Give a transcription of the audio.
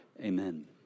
Amen